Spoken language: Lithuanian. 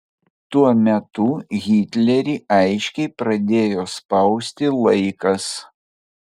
tuo metu hitlerį aiškiai pradėjo spausti laikas